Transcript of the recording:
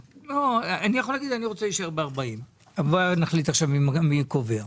אני יכול להגיד שאני רוצה להישאר ב-40 ובוא נחליט עכשיו מי קובע.